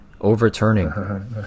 overturning